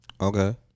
Okay